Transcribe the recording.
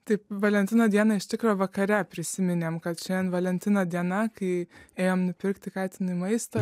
taip valentino dieną iš tikro vakare prisiminėm kad šiandien valentino diena kai ėjom nupirkti katinui maisto